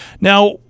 Now